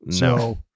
No